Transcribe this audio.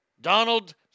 Donald